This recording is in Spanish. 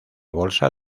bolsa